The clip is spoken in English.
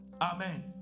Amen